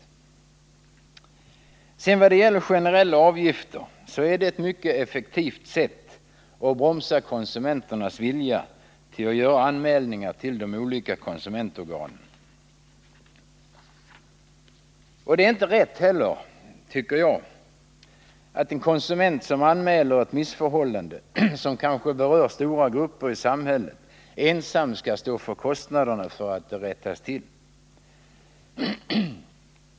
Ett införande av generella avgifter är ett mycket effektivt sätt att bromsa konsumenternas vilja att göra anmälningar till de olika konsumentorganen. Det är inte heller rätt att en konsument som anmäler ett missförhållande, som kanske berör stora grupper i samhället, ensam skall stå för kostnaderna för att detta rättas till.